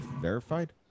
verified